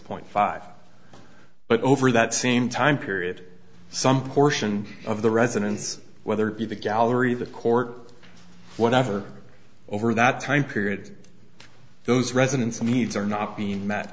point five but over that same time period some portion of the residents whether it be the gallery the court whatever over that time period those residents and needs are not being met